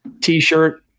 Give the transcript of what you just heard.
T-shirt